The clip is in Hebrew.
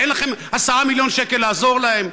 אין לכם 10 מיליון שקל לעזור להם?